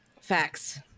Facts